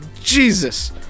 Jesus